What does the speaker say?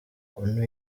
onu